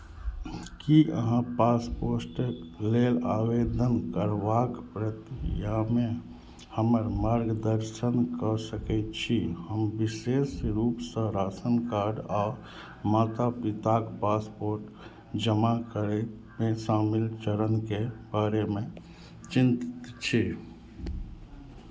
की अहाँ पासपोर्टक लेल आवेदन करबाक प्रक्रियामे हमर मार्गदर्शन कऽ सकैत छी हम विशेष रूपसँ राशन कार्ड आ माता पिताक पासपोर्ट जमा करयमे शामिल चरणके बारेमे चिन्तित छी